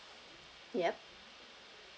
yup